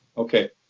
okay.